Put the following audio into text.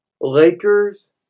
Lakers